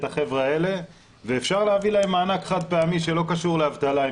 החבר'ה האלה ואפשר להביא להם מענק חד פעמי שלא קשור לאבטלה.